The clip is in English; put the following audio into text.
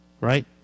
right